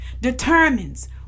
determines